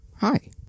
Hi